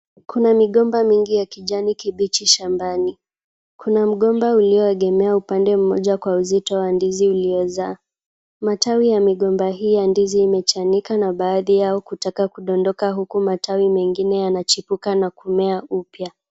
Kuna migomba mingi ya kijani kibichi shambani. Kuna mgomba uliyoegemea upande mmoja kwa uzito wa ndizi uliozaa. Matawi ya migomba hiyo ya ndizi imechanika na baadhi yao kutaka kudondoka huku matawi mengine yanachipuka na kumea upya.